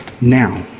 now